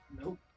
Nope